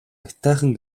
аятайхан